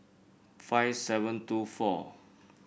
five seven two four